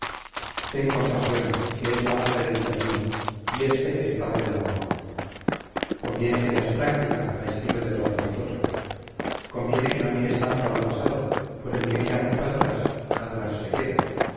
ten compasión que es la madre del cariño y este el padre del amor conviene que seas práctica a estilo de todos nosotros conviene que no mires tanto a lo pasado pues el que mira mucho atrás atrás se queda